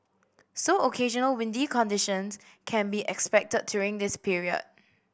so occasional windy conditions can be expected during this period